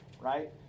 right